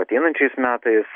ateinančiais metais